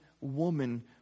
woman